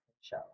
show